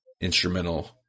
instrumental